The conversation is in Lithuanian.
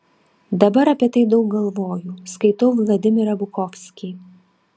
dabar apie tai daug galvoju skaitau vladimirą bukovskį